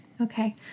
Okay